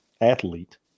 athlete